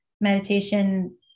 meditation